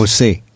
OC